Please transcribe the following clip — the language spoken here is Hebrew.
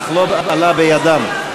אך לא עלה בידם.